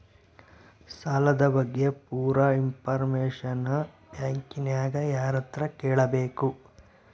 ಸಾಲದ ಬಗ್ಗೆ ಪೂರ ಇಂಫಾರ್ಮೇಷನ ಬ್ಯಾಂಕಿನ್ಯಾಗ ಯಾರತ್ರ ಕೇಳಬೇಕು?